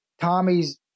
Tommy's